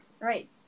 Right